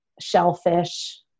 shellfish